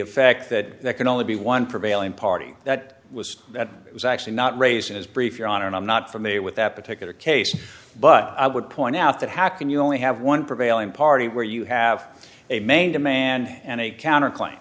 effect that that can only be one prevailing party that was that it was actually not raised in his brief your honor and i'm not familiar with that particular case but i would point out that how can you only have one prevailing party where you have a main demand and a counter cl